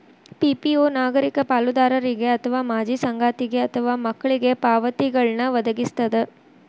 PPO ನಾಗರಿಕ ಪಾಲುದಾರರಿಗೆ ಅಥವಾ ಮಾಜಿ ಸಂಗಾತಿಗೆ ಅಥವಾ ಮಕ್ಳಿಗೆ ಪಾವತಿಗಳ್ನ್ ವದಗಿಸ್ತದ